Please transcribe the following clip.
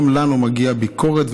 גם לנו מגיעה ביקורת,